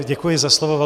Děkuji za slovo.